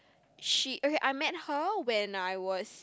she okay I met her when I was